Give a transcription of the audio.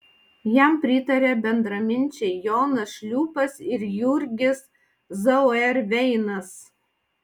jam pritarė bendraminčiai jonas šliūpas ir jurgis zauerveinas